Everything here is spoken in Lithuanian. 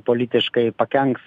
politiškai pakenks